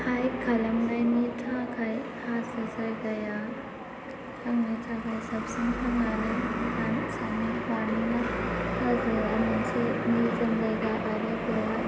हाल खालामनायनि थाखाय हाजो जायगाया आंनि थाखाय साबसिन होननानै आं सानो मानोना हाजोआ मोनसे निजोम जायगा आरो बिराद